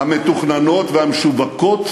המתוכננות והמשווקות,